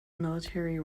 military